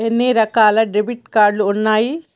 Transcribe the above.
ఎన్ని రకాల debit card ఉన్నాయి?